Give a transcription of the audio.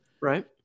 Right